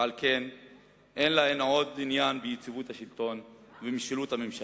ועל כן אין להן עוד עניין ביציבות השלטון ובמשילות הממשלה.